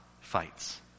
fights